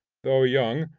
though young,